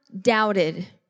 doubted